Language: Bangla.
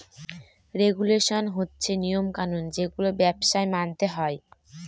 রেগুলেশন হচ্ছে নিয়ম কানুন যেগুলো ব্যবসায় মানতে হয়